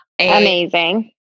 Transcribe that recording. Amazing